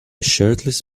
shirtless